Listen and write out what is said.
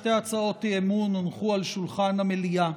שתי הצעות אי-אמון הונחו על שולחן המליאה: